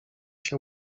się